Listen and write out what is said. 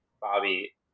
Bobby